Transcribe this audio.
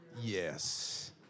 Yes